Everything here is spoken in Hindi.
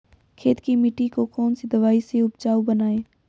खेत की मिटी को कौन सी दवाई से उपजाऊ बनायें?